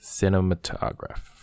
cinematograph